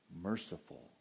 merciful